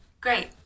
Great